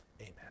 Amen